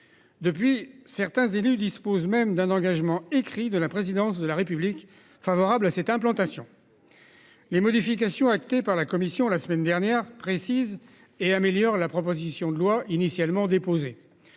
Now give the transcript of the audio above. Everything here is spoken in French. Depuis, certains élus disposent même d'un engagement écrit de la présidence de la République favorable à cette implantation. Les modifications actées par la commission la semaine dernière précise et améliore la proposition de loi initialement déposé.